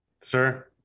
sir